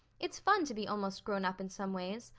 it's fun to be almost grown up in some ways,